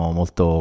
molto